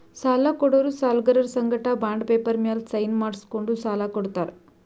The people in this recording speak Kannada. ಸಾಲ ಕೊಡೋರು ಸಾಲ್ಗರರ್ ಸಂಗಟ ಬಾಂಡ್ ಪೇಪರ್ ಮ್ಯಾಲ್ ಸೈನ್ ಮಾಡ್ಸ್ಕೊಂಡು ಸಾಲ ಕೊಡ್ತಾರ್